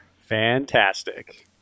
Fantastic